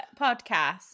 podcast